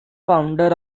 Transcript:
founder